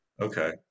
Okay